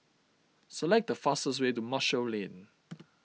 select the fastest way to Marshall Lane